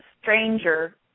stranger